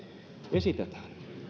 esitetään